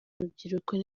rubyiruko